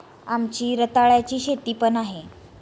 आमची रताळ्याची शेती पण आहे